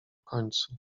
końcu